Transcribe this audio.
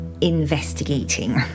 investigating